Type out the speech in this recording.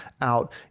out